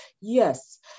Yes